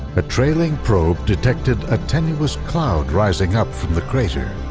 a trailing probe detected a tenuous cloud rising up from the crater.